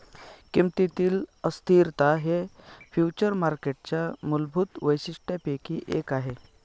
किमतीतील अस्थिरता हे फ्युचर्स मार्केटच्या मूलभूत वैशिष्ट्यांपैकी एक आहे